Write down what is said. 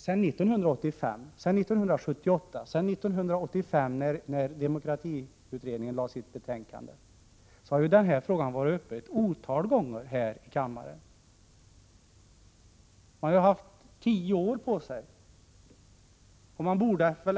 Sedan 1978 har denna fråga varit uppe ett otal gånger här i kammaren. Man har haft nästan tio år på sig.